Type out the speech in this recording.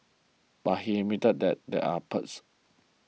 but he admitted that there are perks